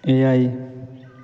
ᱮᱭᱟᱭ